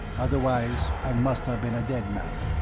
otherwise i must have been a dead man.